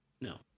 No